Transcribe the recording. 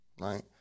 right